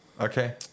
Okay